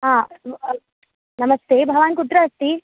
हा नमस्ते भवान् कुत्र अस्ति